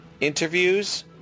interviews